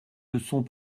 leçons